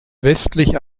westlich